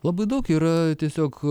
labai daug yra tiesiog